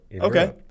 Okay